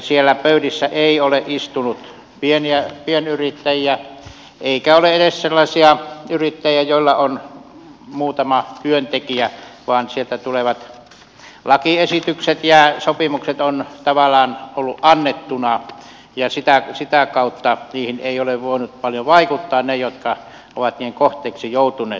siellä pöydissä ei ole istunut pienyrittäjiä eikä edes sellaisia yrittäjiä joilla on muutama työntekijä vaan sieltä tulevat lakiesitykset ja sopimukset ovat tavallaan tulleet annettuina ja sitä kautta niihin eivät ole voineet paljon vaikuttaa ne jotka ovat niiden kohteeksi joutuneet